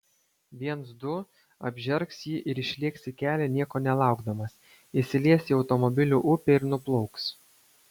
viens du apžergs jį ir išlėks į kelią nieko nelaukdamas įsilies į automobilių upę ir nuplauks